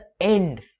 end